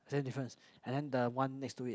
then difference and then the one next to it